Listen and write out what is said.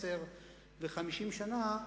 עשר ו-50 שנה,